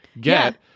get